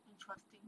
interesting